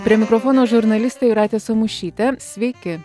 prie mikrofono žurnalistė jūratė samušytė sveiki